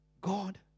God